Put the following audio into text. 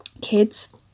Kids